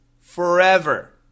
forever